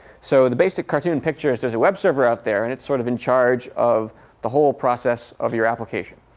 so the basic cartoon picture is there's a web server out there. and it's sort of in charge of the whole process of your application.